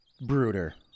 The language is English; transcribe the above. brooder